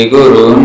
Guru